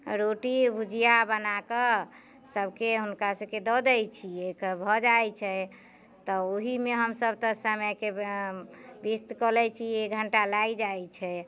रोटी भुजिया बना कऽ सभके हुनकासभके दऽ दैत छियै भऽ जाइत छै तऽ ओहीमे हमसभ तऽ समयकेँ व्यस्त कऽ लैत छी एक घंटा लागि जाइत छै